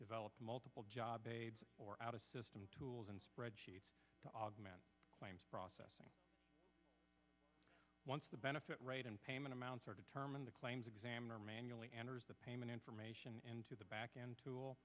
developed multiple jobs or out of system tools and spreadsheets to augment claims processing once the benefit right and payment amounts are determined the claims examiner manually enters the payment information into the back end tool